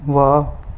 ਵਾਹ